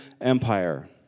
empire